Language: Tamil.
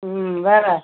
ம் வேறு